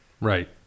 Right